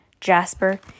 Jasper